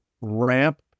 ramp